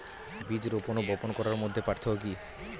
বীজ রোপন ও বপন করার মধ্যে পার্থক্য কি?